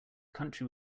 country